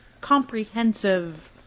comprehensive